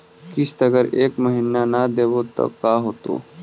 किस्त अगर एक महीना न देबै त का होतै?